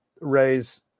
raise